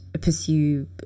pursue